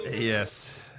Yes